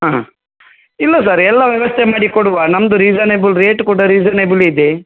ಹಾಂ ಇಲ್ಲ ಸರ್ ಎಲ್ಲ ವ್ಯವಸ್ಥೆ ಮಾಡಿ ಕೊಡುವ ನಮ್ಮದು ರೀಝನೇಬಲ್ ರೇಟ್ ಕೂಡ ರೀಝನೇಬಲೇ ಇದೆ